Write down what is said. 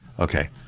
Okay